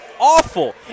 awful